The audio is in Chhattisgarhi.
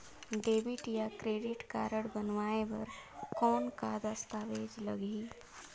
डेबिट या क्रेडिट कारड बनवाय बर कौन का दस्तावेज लगही?